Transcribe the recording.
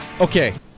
Okay